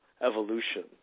evolution